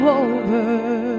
over